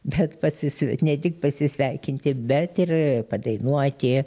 bet patsis ne tik pasisveikinti bet ir padainuoti